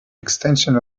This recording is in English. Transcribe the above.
extension